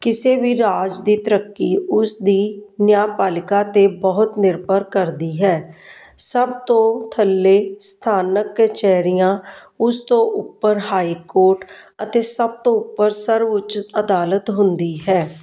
ਕਿਸੇ ਵੀ ਰਾਜ ਦੀ ਤਰੱਕੀ ਉਸਦੀ ਨਿਆਪਾਲਿਕਾ ਤੇ ਬਹੁਤ ਨਿਰਭਰ ਕਰਦੀ ਹੈ ਸਭ ਤੋਂ ਥੱਲੇ ਸਥਾਨਕ ਕਚਹਿਰੀਆਂ ਉਸ ਤੋਂ ਉੱਪਰ ਹਾਈਕੋਰਟ ਅਤੇ ਸਭ ਤੋਂ ਉੱਪਰ ਸਰਵਉੱਚ ਅਦਾਲਤ ਹੁੰਦੀ ਹੈ